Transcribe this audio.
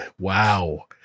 wow